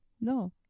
No